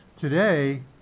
today